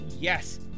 yes